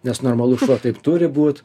nes normalus šuo taip turi būt